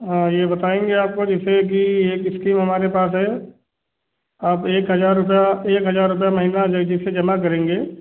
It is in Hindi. हाँ ये बताएँगे आपको जैसे कि एक इस्कीम हमारे पास है आप एक हजार रुपये एक हजार रुपये महीना जैसे जमा करेंगे